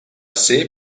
ser